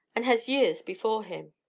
and has years before him.